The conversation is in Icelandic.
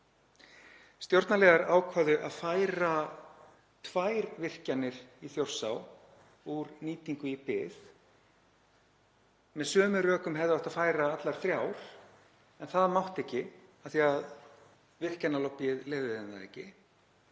Stjórnarliðar ákváðu að færa tvær virkjanir í Þjórsá úr nýtingu í bið. Með sömu rökum hefði átt að færa allar þrjár en það mátti ekki af því að virkjanalobbíið leyfði þeim það ekki.